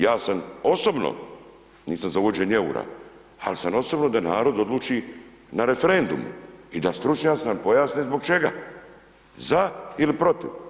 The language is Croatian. Ja sam osobno, nisam za uvođenje EUR-a, al sam osobno da narod odluči na referendumu i da stručnjaci nam pojasne zbog čega, za il protiv.